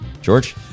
George